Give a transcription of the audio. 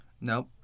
Nope